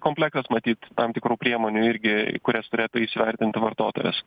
komplektas matyt tam tikrų priemonių irgi kurias turėtų isvertintų vartotojas